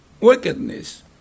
wickedness